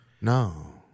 No